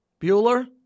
Bueller